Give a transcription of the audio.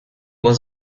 was